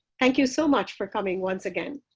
thank you so much for coming once again.